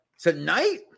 tonight